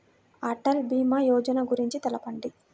అటల్ భీమా యోజన గురించి తెలుపండి?